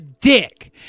dick